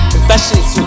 Confessions